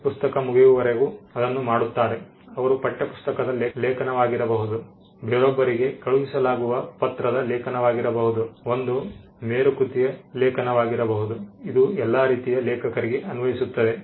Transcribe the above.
ಪುಸ್ತಕ ಮುಗಿಯುವವರೆಗೂ ಅದನ್ನು ಮಾಡುತ್ತಾರೆ ಅವರು ಪಠ್ಯಪುಸ್ತಕದ ಲೇಖಕನಾಗಿರಬಹುದು ಬೇರೊಬ್ಬರಿಗೆ ಕಳುಹಿಸಲಾಗುವ ಪತ್ರದ ಲೇಖಕನಾಗಿರಬಹುದು ಒಂದು ಮೇರುಕೃತಿಯ ಲೇಖಕನಾಗಿರಬಹುದು ಇದು ಎಲ್ಲಾ ರೀತಿಯ ಲೇಖಕರಿಗೆ ಅನ್ವಯಿಸುತ್ತದೆ